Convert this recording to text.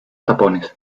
tapones